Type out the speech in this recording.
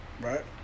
Right